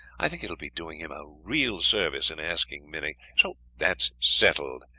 i think it will be doing him a real service in asking minnie so that's settled.